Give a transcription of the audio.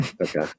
Okay